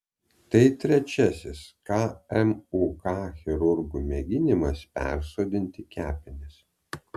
tai trečiasis kmuk chirurgų mėginimas persodinti kepenis